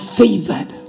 favored